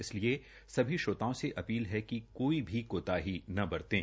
इसलिए सभी श्रोताओं से अपील है कि कोई भी कोताही न बरतें